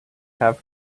have